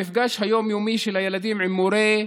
המפגש היום-יומי של הילדים עם מורה,